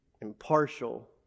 Impartial